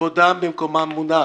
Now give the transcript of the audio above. שכבודם במקומם מונח.